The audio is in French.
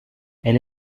elle